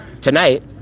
tonight